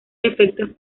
efectos